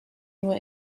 nur